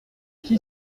qui